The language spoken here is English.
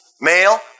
Male